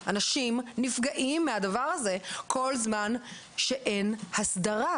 אנשים נפגעים מהדבר הזה כל זמן שאין הסדרה.